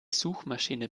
suchmaschiene